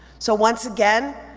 so once again,